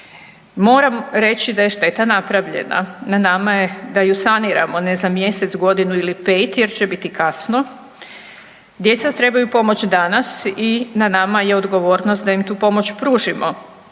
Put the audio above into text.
Moram reći da je šteta napravljena, na nama je da ju saniramo, ne za mjesec, godinu ili pet jer će biti kasno. Djeca trebaju pomoć danas i na nama je odgovornost da im tu pomoć pružimo.